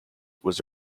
was